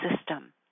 system